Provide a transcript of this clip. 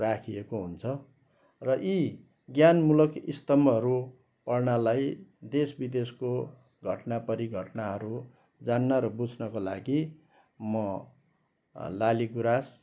राखिएको हुन्छ र यी ज्ञानमूलक स्तम्भहरू पढ्नलाई देश विदेशको घटना परिघटनाहरू जान्न र बुझ्नको लागि म लालि गुराँस